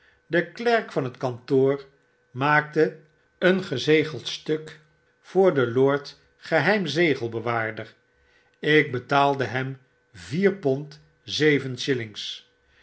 de klerk van het kantoor maakte een gezegeld stuk voor den lord gcheim zegelbewaarder ik betaalde hem vier pond